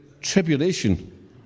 Tribulation